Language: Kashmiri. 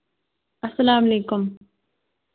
اَسلام علیکُم